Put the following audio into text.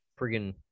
friggin